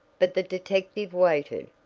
but the detective waited.